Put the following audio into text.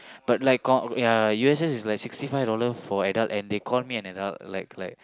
but like com~ ya U_S_S is like sixty five dollar for adult and they call me an adult like like